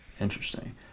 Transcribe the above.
Interesting